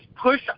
push